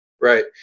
Right